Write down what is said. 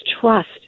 trust